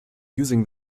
using